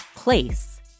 place